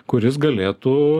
kuris galėtų